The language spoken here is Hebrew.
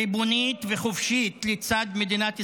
ריבונית וחופשית לצד מדינת ישראל.